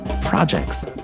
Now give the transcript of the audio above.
projects